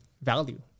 value